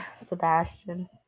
Sebastian